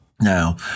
Now